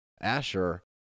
asher